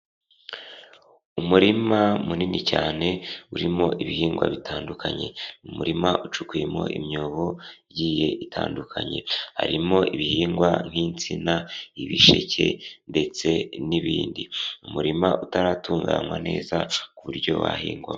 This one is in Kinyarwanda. Umurima munini cyane urimo ibihingwa bitandukanye, umurima ucukuyemo imyobo igiye itandukanye, harimo ibihingwa nk'insina, ibisheke ndetse n'ibindi, umurima utaratunganywa neza ku buryo wahingwamo.